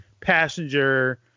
passenger